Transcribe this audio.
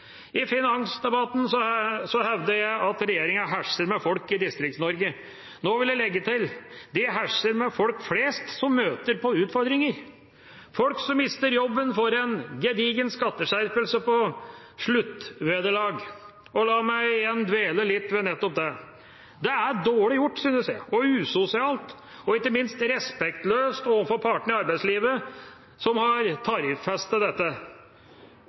I finansdebatten hevdet jeg at regjeringa herser med folk i Distrikts-Norge. Nå vil jeg legge til: De herser med folk flest som møter på utfordringer. Folk som mister jobben, får en gedigen skatteskjerpelse på sluttvederlag. Og la meg igjen dvele litt ved nettopp det. Det er dårlig gjort, usosialt og ikke minst respektløst overfor partene i arbeidslivet som har tariffestet dette.